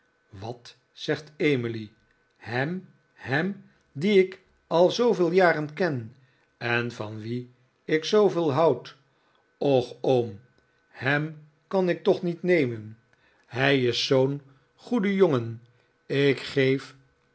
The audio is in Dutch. wat zegt emily ham ham dien ik al zooveel jaren ken en van wien ik zooveel houd och oom hem kan ik toch niet nemen hij is zoo'n david copperfield goede jongen ik geef